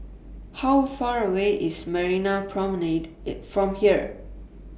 How Far away IS Marina Promenade from here